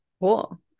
Cool